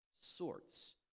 sorts